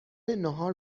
ناهار